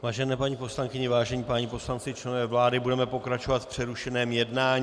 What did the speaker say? Vážené paní poslankyně, vážení páni poslanci, členové vlády, budeme pokračovat v přerušeném jednání.